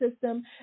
system